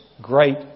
great